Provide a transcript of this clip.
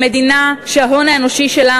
למדינה שההון האנושי שלה,